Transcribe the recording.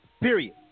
Period